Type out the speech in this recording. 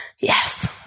Yes